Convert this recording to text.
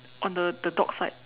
on the the dog side